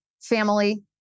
family